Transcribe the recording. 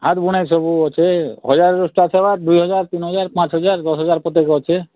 ହାତ ବୁଣା ହିଁ ସବୁ ଅଛେ ହଜାରରୁ ଷ୍ଟାର୍ଟ ହେବା ଦୁଇ ହଜାର ତିନି ହଜାର ପାଞ୍ଚ ହଜାର ଦଶ ହଜାର ପର୍ଯ୍ୟନ୍ତ ଅଛେ